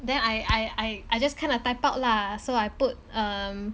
then I I I just kind of type out lah so I put um